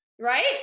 right